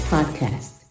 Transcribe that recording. Podcast